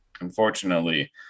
unfortunately